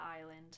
Island